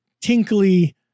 tinkly